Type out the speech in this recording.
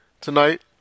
Tonight